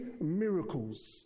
miracles